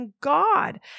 God